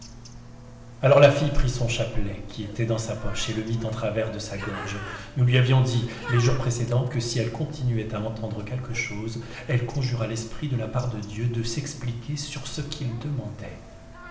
alors la fille prit son chapelet qui était dans sa poche et le mit en travers de sa gorge nous lui avions dit les jours précédens que si elle continuait à entendre quelque chose elle conjurât l'esprit de la part de dieu de s'expliquer sur ce qu'il demandait